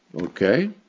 Okay